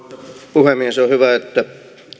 puhemies on hyvä että